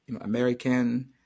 American